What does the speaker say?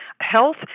health